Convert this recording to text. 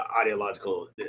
ideological